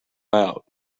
out